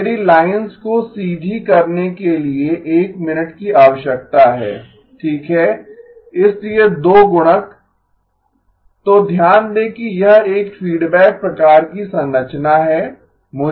तो मेरी लाइनों को सीधी करने के लिए एक मिनट की आवश्यकता है ठीक है इसलिए 2 गुणक तो ध्यान दें कि यह एक फीडबैक प्रकार की संरचना है